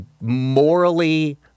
morally